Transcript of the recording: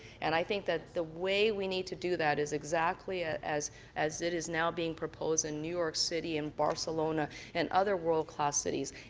and i think the way we need to do that is exactly ah as as it is now being proposed in new york city and barcelona and other world class cities.